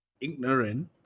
ignorant